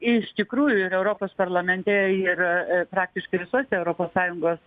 iš tikrųjų ir europos parlamente ir praktiškai visose europos sąjungos